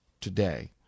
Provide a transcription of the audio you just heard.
today